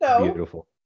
beautiful